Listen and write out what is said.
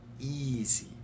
easy